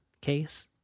case